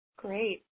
Great